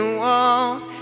walls